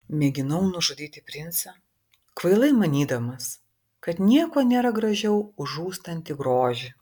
mėginau nužudyti princą kvailai manydamas kad nieko nėra gražiau už žūstantį grožį